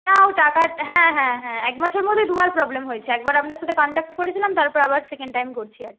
না ও টাকা হ্যাঁ হ্যাঁ হ্যাঁ এক মাসের মধ্যেই দুবার প্রবলেম হয়েছে একবার আপনার সাথে কন্টাক্ট করেছিলাম তারপর আবার সেকেন্ড টাইম করছি আর কি